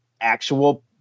actual